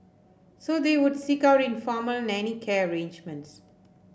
so they would seek out informal nanny care arrangements